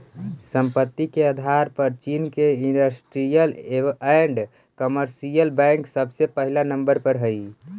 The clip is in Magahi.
संपत्ति के आधार पर चीन के इन्डस्ट्रीअल एण्ड कमर्शियल बैंक सबसे पहिला नंबर पर हई